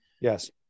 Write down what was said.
Yes